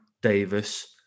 Davis